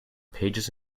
pages